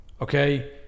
okay